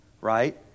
right